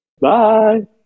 Bye